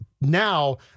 Now